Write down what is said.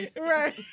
right